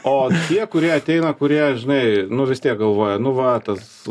o tie kurie ateina kurie žinai nu vis tiek galvoja nu va tas